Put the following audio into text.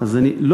אתה יכול לתקוף.